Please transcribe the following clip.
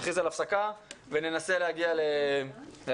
נכריז על הפסקה וננסה להגיע להסכמות.